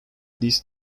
least